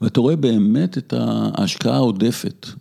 ואתה רואה באמת את ההשקעה העודפת.